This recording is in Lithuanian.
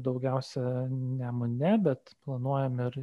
daugiausia nemune bet planuojam ir